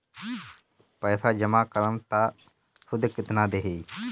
पैसा जमा करम त शुध कितना देही?